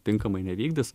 tinkamai nevykdys